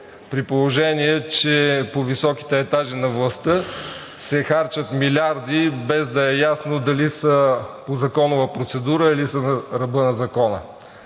при положение че по високите етажи на властта се харчат милиарди, без да е ясно дали са по законова процедура, или са на ръба на закона.